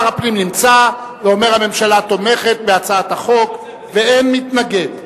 נמצא ואומר שהממשלה תומכת בהצעת החוק, ואין מתנגד.